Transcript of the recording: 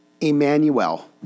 Emmanuel